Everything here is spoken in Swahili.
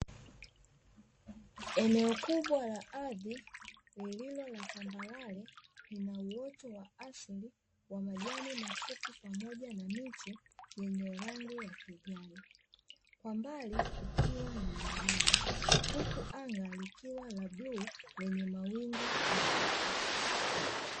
Eneo kubwa la ardhi lililo la tambarale linauoto wa asli wa majani mafupi pamoja miti yenye rangi ya kijani, kwa mbali kukiwa na milima huku anga likiwa la bluu lenye mawingu meupe.